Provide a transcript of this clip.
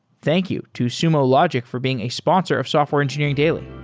thank you to sumo logic for being a sponsor of software engineering daily